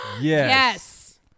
Yes